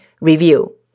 review